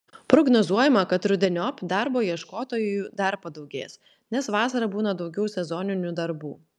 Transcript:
prognozuojama kad rudeniop darbo ieškotojų dar padaugės nes vasarą būna daugiau sezoninių darbų